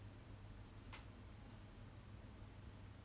so it's not like 不可能 ya ya ya